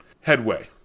Headway